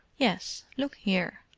yes. look here,